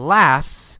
laughs